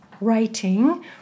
writing